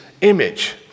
image